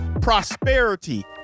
prosperity